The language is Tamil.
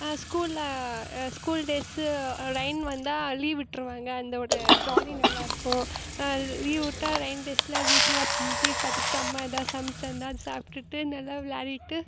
ஸ்கூலில் ஸ்கூல் டேஸ்ஸு ரெயின் வந்தால் லீவ் விட்டிருவாங்க அந்த ஒரு ஜாலி நல்லா இருக்கும் லீவ் விட்டால் ரெயின் டேஸில் வீட்டில் டிவி பார்த்துக்கிட்டு அம்மா ஏதா சமைச்சு தந்தால் அதை சாப்பிட்டுட்டு நல்லா விளாடிட்டு